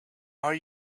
are